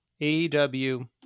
AEW